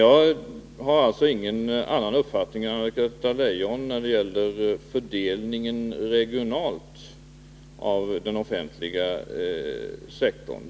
Jag har inte någon annan uppfattning än Anna-Greta Leijon om den regionala fördelningen inom den offentliga sektorn.